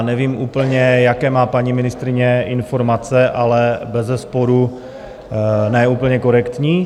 Nevím úplně, jaké má paní ministryně informace, ale bezesporu ne úplně korektní.